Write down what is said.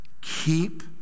Keep